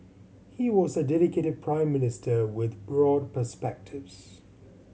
he was a dedicated Prime Minister with broad perspectives